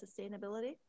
sustainability